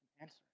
Answer